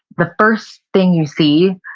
the first thing you see,